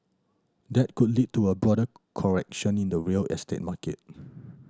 that could lead to a broader correction in the real estate market